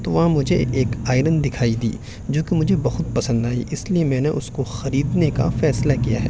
تو وہاں مجھے ایک آئرن دکھائی دی جو کہ مجھے بہت پسند آئی اس لیے میں نے اس کو خریدنے کا فیصلہ کیا ہے